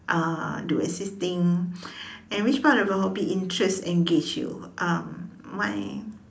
uh do assisting and which part of your hobby interest engage you um my